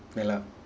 ya lah